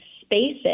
spaces